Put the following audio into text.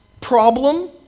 problem